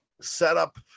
setup